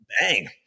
Bang